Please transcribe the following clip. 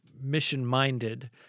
mission-minded